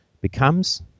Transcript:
becomes